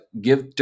give